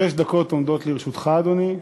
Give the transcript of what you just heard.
שש דקות עומדות לרשותך, אדוני.